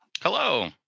Hello